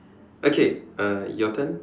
okay uh your turn